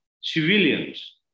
civilians